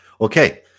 okay